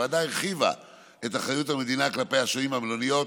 הוועדה הרחיבה את אחריות המדינה כלפי השוהים במלוניות,